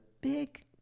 big